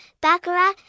baccarat